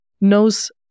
knows